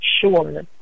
sure